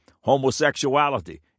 homosexuality